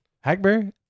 Hackberry